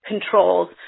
controls